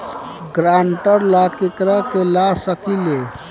ग्रांतर ला केकरा के ला सकी ले?